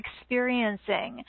experiencing